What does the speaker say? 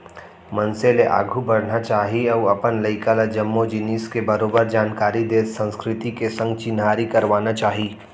मनसे ल आघू बढ़ना चाही अउ अपन लइका ल जम्मो जिनिस के बरोबर जानकारी देत संस्कृति के संग चिन्हारी करवाना चाही